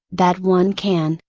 that one can,